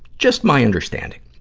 just my understanding.